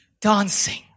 dancing